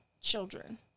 children